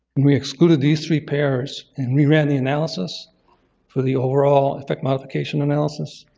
we excluded these three pairs and we ran the analysis for the overall effect modification analysis.